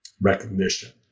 recognition